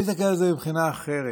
אני מסתכל על זה מבחינה אחרת.